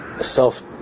Self